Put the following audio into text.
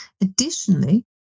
Additionally